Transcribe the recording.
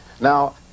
Now